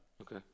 okay